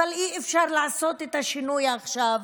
אבל אי-אפשר לעשות את השינוי עכשיו,